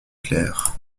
claire